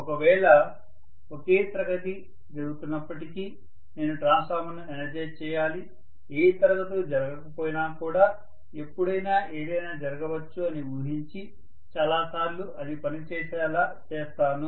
ఒకవేళ ఒకే తరగతి జరుగుతున్నప్పటికీ నేను ట్రాన్స్ఫార్మర్ను ఎనర్జైజ్ చేయాలి ఏ తరగతులు జరగకపోయినా కూడా ఎప్పుడైనా ఏదైనా జరగవచ్చు అని ఊహించి చాలా సార్లు అది పని చేసేలా చేస్తాను